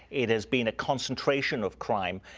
it has been a concentration of crime.